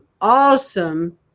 awesome